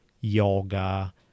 yoga